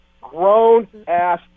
grown-ass